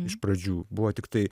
iš pradžių buvo tiktai